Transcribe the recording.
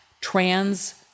trans